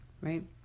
right